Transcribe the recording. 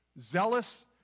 zealous